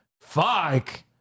fuck